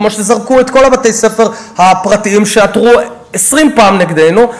כמו שזרקו את כל בתי-הספר הפרטיים שעתרו 20 פעם נגדנו.